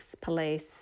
police